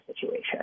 situation